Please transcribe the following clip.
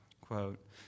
Quote